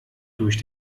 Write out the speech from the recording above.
durch